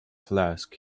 flask